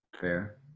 fair